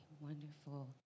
wonderful